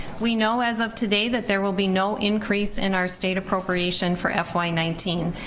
we know as of today that there will be no increase in our state appropriation for f y one nine.